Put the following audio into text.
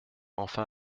enfin